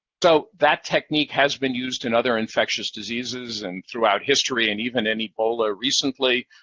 so, that technique has been used in other infectious diseases and throughout history and even in ebola recently.